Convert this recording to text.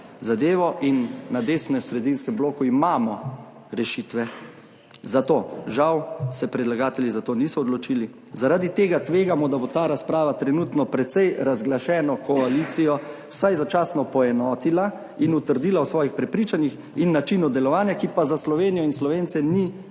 zadevo, in na desnosredinskem bloku imamo rešitve za to. Žal se predlagatelji za to niso odločili. Zaradi tega tvegamo, da bo ta razprava trenutno precej razglašeno koalicijo vsaj začasno poenotila in utrdila v svojih prepričanjih in načinu delovanja, ki pa za Slovenijo in Slovence ni dober.